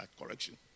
correction